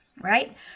right